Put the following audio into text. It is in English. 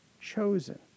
chosen